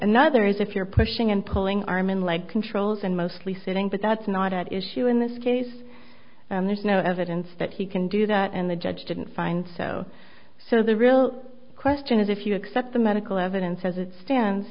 another is if you're pushing and pulling arm and leg controls and mostly sitting but that's not at issue in this case there's no evidence that he can do that and the judge didn't find so so the real question is if you accept the medical evidence as it stands